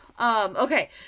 okay